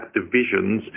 divisions